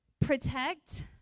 protect